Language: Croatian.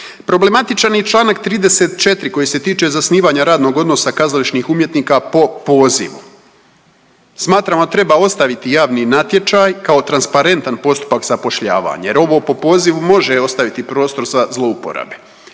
Problematičan je čl. 34. koji se tiče zasnivanja radnog odnosa kazališnih umjetnika po pozivu. Smatramo da treba ostaviti javni natječaj kao transparentan postupak zapošljavanja jer ovo po pozivu može ostaviti prostor za zlouporabe.